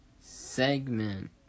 segment